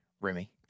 Remy